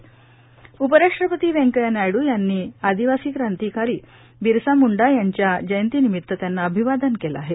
बिरसा मंडा उपराष्ट्रपती वेकैंया नायडू यांनी आदिवासी क्रांतीकार बिरसा म्ंडा यांच्या जयंतीनिमित्त त्यांना अभिवादन केलं आहे